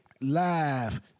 live